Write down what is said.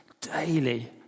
daily